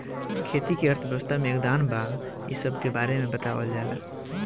खेती के अर्थव्यवस्था में योगदान बा इ सबके बारे में बतावल जाला